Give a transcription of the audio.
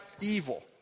evil